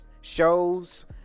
shows